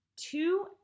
two